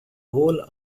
whole